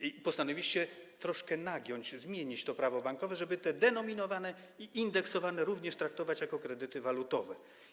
i postanowiliście troszkę nagiąć, zmienić to Prawo bankowe, żeby te kredyty denominowane i indeksowane również traktować jako kredyty walutowe.